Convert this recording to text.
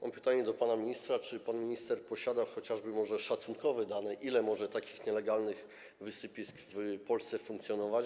Mam pytanie do pana ministra: Czy pan minister posiada chociażby szacunkowe dane, ile może takich nielegalnych wysypisk w Polsce funkcjonować?